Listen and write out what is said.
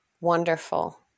wonderful